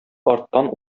арттан